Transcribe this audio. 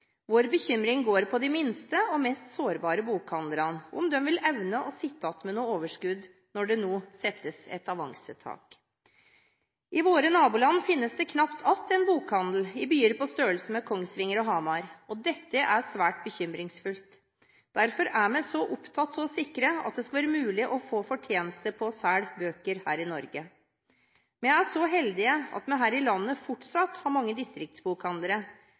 Vår bekymring går på de minste og mest sårbare bokhandlerne og om de vil evne å sitte igjen med noe overskudd når det nå settes et avansetak. I våre naboland finnes det knapt en bokhandel igjen i byer på størrelse med Kongsvinger og Hamar. Det er svært bekymringsfullt. Derfor er vi så opptatt av å sikre at det skal være mulig å få fortjeneste på å selge bøker her i Norge. Vi er så heldige at vi her i landet fortsatt har mange distriktsbokhandlere,